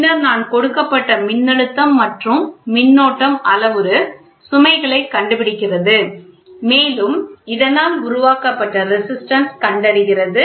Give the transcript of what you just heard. பின்னர் நான் கொடுக்கப்பட்ட மின்னழுத்தம் மற்றும் மின்னோட்டம் அளவுரு சுமைகளைக் கண்டுபிடிக்கிறது மேலும் இதனால் உருவாக்கப்பட்ட ரேசிஸ்டன்ஸ் கண்டறிகிறது